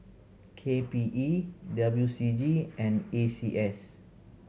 K P E W C G and A C S